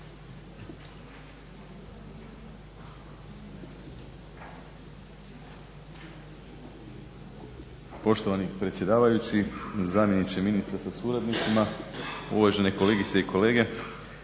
Poštovani predsjedavajući, zamjeniče ministra sa suradnicima, uvažene kolegice i kolege.